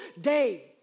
day